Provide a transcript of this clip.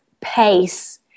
pace